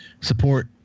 support